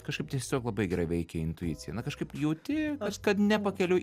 kažkaip tiesiog labai gerai veikia intuicija na kažkaip jauti kad nepakeliui